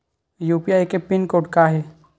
UPI के pin code का हे?